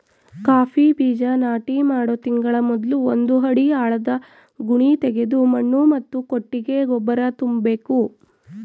coffee ಬೀಜ ನಾಟಿ ಮಾಡೋ ತಿಂಗಳ ಮೊದ್ಲು ಒಂದು ಅಡಿ ಆಳದ ಗುಣಿತೆಗೆದು ಮಣ್ಣು ಮತ್ತು ಕೊಟ್ಟಿಗೆ ಗೊಬ್ಬರ ತುಂಬ್ಬೇಕು